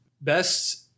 Best